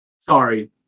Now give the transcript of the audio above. sorry